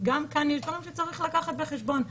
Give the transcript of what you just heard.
גם פה יש דברים שיש לקחת בחשבון.